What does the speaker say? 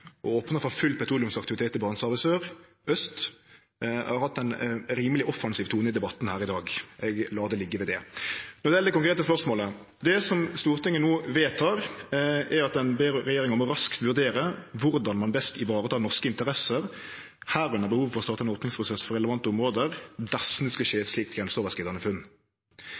sør og aust, har dei hatt ein rimeleg offensiv tone i debatten her i dag. Eg lèt det liggje med det. Til det konkrete spørsmålet: Det som Stortinget vedtek i dag, er at ein ber regjeringa «raskt vurdere hvordan man best ivaretar norske interesser, herunder behovet for å starte en åpningsprosess for relevante områder» dersom det skulle skje eit slikt grenseoverskridande funn.